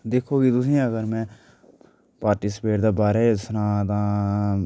दिक्खो भी तुसें अगर में पार्टीसिपेट दे बारे च सनांऽ तां